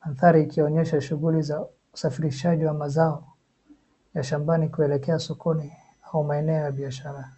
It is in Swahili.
hadhari ikionyesha shughuli za usafirishaji wa mazao ya shambani kuelekea sokoni kwa maeneo ya biashara.